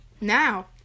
Now